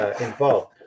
involved